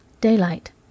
Daylight